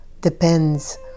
depends